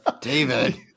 David